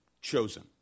chosen